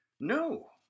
no